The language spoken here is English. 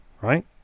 right